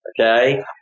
Okay